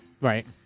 Right